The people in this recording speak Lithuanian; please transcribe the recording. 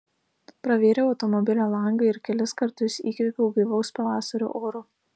pravėriau automobilio langą ir kelis kartus įkvėpiau gaivaus pavasario oro